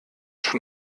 schon